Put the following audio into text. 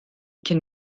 cyn